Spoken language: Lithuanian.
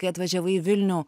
kai atvažiavai į vilnių